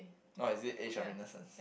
oh is it age of innocence